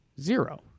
Zero